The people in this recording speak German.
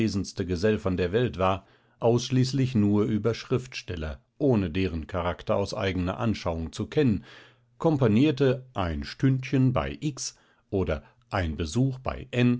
von der welt war ausschließlich nur über schriftsteller ohne deren charakter aus eigener anschauung zu kennen komponierte ein stündchen bei x oder ein besuch bei